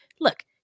look